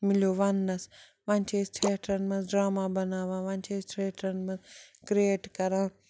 مِلیو ونٛنَس وۄنۍ چھِ أسۍ ٹھیٹرَن منٛز ڈرٛاما بَناوان وۄنۍ چھِ أسۍ ٹھیٹرَن منٛز کِرٛیٹ کَران